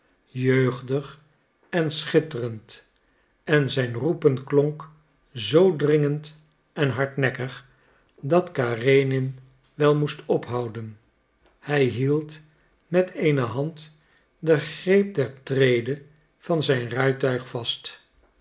jeugdig en schitterend en zijn roepen klonk zoo dringend en hardnekkig dat karenin wel moest ophouden hij hield met eene hand den greep der trede van zijn rijtuig vast